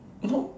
no